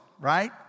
Right